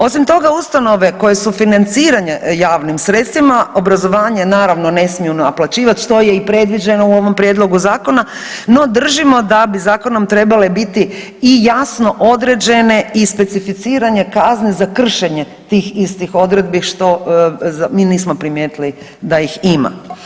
Osim toga, ustanove koje su financirane javnim sredstvima, obrazovanje, naravno, ne smiju naplaćivati, što je i predviđeno u ovom Prijedlogu zakona, no držimo da bi zakonom trebale biti i jasno određene i specificirane kazne za kršenje tih istih odredbi, što mi nismo primijetili da ih ima.